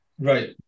right